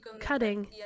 cutting